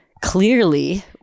clearly